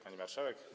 Pani Marszałek!